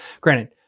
granted